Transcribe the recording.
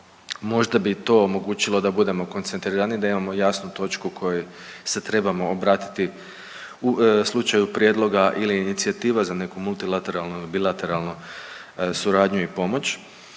Možda bi to omogućilo da budemo koncentriraniji, da imamo jasnu točku kojoj se trebamo obratiti u slučaju prijedloga ili inicijative za neku multilateralnu, bilateralnu suradnju i pomoć